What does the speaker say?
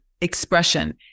expression